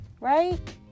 Right